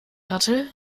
hatte